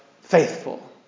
faithful